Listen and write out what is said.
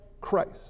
Christ